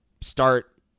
start